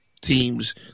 teams